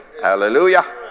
Hallelujah